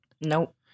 Nope